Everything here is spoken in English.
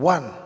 One